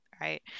right